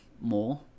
more